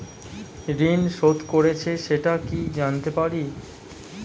ঋণ শোধ করেছে সেটা কি জানতে পারি?